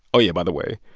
oh, yeah. by the way,